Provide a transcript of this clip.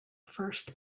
first